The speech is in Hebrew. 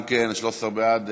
13 בעד,